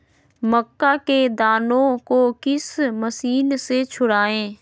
मक्का के दानो को किस मशीन से छुड़ाए?